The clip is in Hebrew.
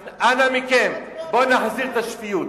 אז, אנא מכם, בואו נחזיר את השפיות.